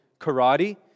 karate